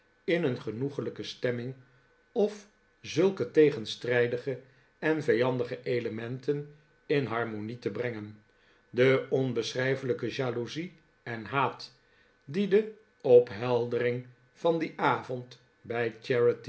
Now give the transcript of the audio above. in een genoeglijke stemming of zulke tegenstrijdige en vijandige elementen in harmonie te brengen de onbeschrijfelijke jaloezie en haat die de opheldering van dien avond bij